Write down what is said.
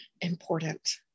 important